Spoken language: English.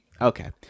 Okay